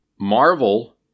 Marvel